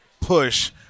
push –